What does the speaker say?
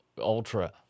Ultra